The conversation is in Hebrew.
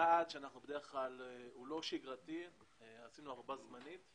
כצעד לא שגרתי עשינו ערובה זמנית.